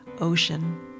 ocean